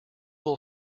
will